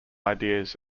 ideas